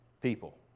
people